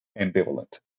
ambivalent